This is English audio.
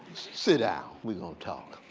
sit down. we going to talk.